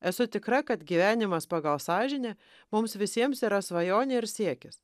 esu tikra kad gyvenimas pagal sąžinę mums visiems yra svajonė ir siekis